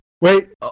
Wait